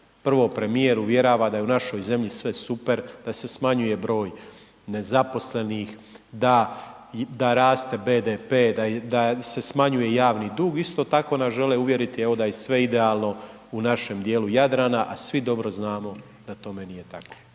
prvo premijer uvjerava da je u našoj zemlji sve super, da se smanjuje broj nezaposlenih, da raste BDP, da se smanjuje javni dug. Isto tako nas žele uvjeriti, evo da je sve idealno u našem dijelu Jadrana, a svi dobro znamo da tome nije tako.